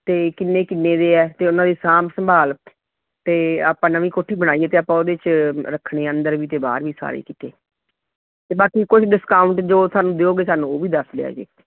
ਅਤੇ ਕਿੰਨੇ ਕਿੰਨੇ ਦੇ ਆ ਅਤੇ ਉਹਨਾਂ ਦੀ ਸਾਂਭ ਸੰਭਾਲ ਅਤੇ ਆਪਾਂ ਨਵੀਂ ਕੋਠੀ ਬਣਾਈ ਅਤੇ ਆਪਾਂ ਉਹਦੇ 'ਚ ਰੱਖਣੇ ਆ ਅੰਦਰ ਵੀ ਅਤੇ ਬਾਹਰ ਵੀ ਸਾਰੇ ਕਿਤੇ ਅਤੇ ਬਾਕੀ ਕੋਈ ਡਿਸਕਾਊਂਟ ਜੋ ਸਾਨੂੰ ਦਿਓਗੇ ਸਾਨੂੰ ਉਹ ਵੀ ਦੱਸ ਦਿਆ ਜੀ